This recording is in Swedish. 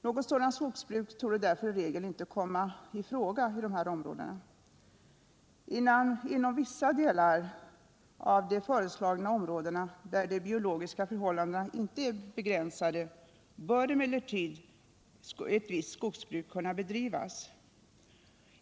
Något sådant skogsbruk torde därför i regel inte komma i fråga i dessa områden. Inom vissa delar av de föreslagna områdena, där de biologiska förhål = Nr 52 landena inte är begränsade, bör emellertid ett visst skogsbruk kunna Torsdagen den bedrivas.